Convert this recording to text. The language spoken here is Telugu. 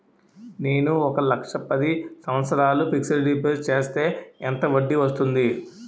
నేను ఒక లక్ష పది సంవత్సారాలు ఫిక్సడ్ డిపాజిట్ చేస్తే ఎంత వడ్డీ వస్తుంది?